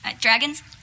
Dragons